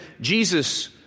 Jesus